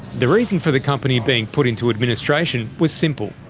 the reason for the company being put into administration was simple.